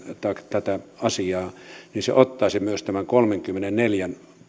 tätä asiaa sen pitäisi ottaa myös tämä kolmaskymmenesneljäs